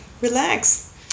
relax